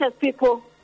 people